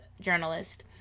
journalist